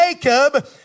Jacob